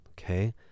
okay